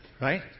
Right